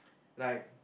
like